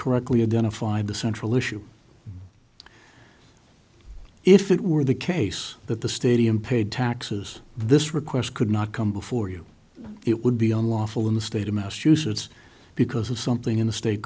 correctly identified the central issue if it were the case that the stadium paid taxes this request could not come before you it would be unlawful in the state of massachusetts because of something in the state